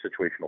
situational